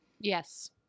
Yes